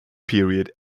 period